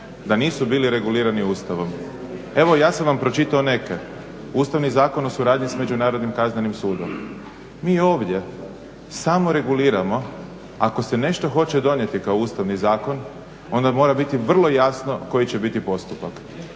da nisu bili regulirani Ustavom. Evo, ja sam vam pročitao neke. Ustavni zakon o suradnji sa međunarodnim kaznenim sudom. Mi ovdje samo reguliramo ako se nešto hoće donijeti kao Ustavni zakon, onda mora biti vrlo jasno koji će biti postupak.